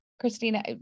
christina